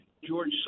George